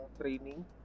training